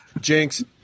Jinx